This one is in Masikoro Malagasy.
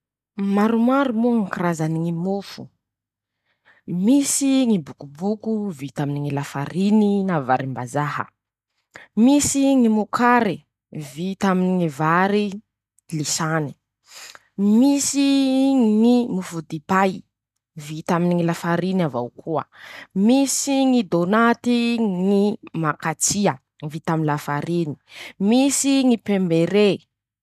Maromaro moa ñy karazany ñy mofo: -Misy ñy bokoboko vita aminy ñy lafariny na varim-bazaha. -Misy ñy mokare. vita aminy ñy vary lisany. -Misy ñy mofo dipay vita aminy ñy lafariny avao koa. -Misy ñy dônaty ñy makatsia. vita aminy ñy lafariny. -Misy ñy pain beuré.